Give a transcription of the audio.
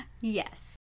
Yes